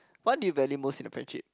what do you value most in a friendship